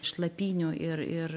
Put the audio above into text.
šlapynių ir ir